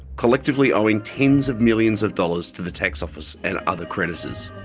collectively owing tens of millions of dollars to the tax office and other creditors.